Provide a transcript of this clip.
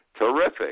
Terrific